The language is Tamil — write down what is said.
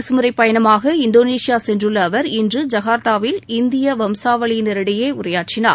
அரசுமுறை பயணமாக இந்தோனேஷியா சென்றுள்ள அவர் இன்று ஐகர்த்தாவில் இந்திய வம்சாவளியினரிடையே உரையாற்றினார்